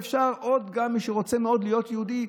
ואפשר עוד, גם מי שרוצה מאוד להיות יהודי,